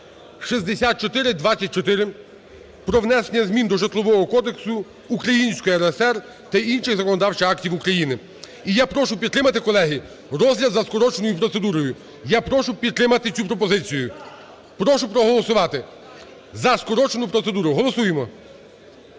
6424 про внесення змін до Житлового кодексу Української РСР та інших законодавчих актів України. І я прошу підтримати, колеги, розгляд за скороченою процедурою. Я прошу підтримати цю пропозицію, прошу проголосувати за скорочену процедуру. Голосуємо.